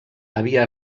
havia